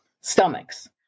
stomachs